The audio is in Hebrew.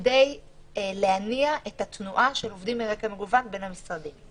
כדי להניע את התנועה של עובדים מרקע מגוון בין המשרדים.